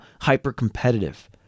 hyper-competitive